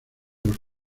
los